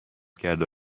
کرد